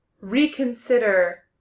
reconsider